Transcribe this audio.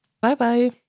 Bye-bye